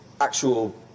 actual